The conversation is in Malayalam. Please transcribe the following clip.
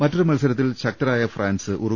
മറ്റൊരു മത്സരത്തിൽ ശക്തരായ ഫ്രാൻസ് ഉറു